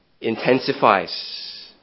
intensifies